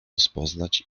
rozpoznać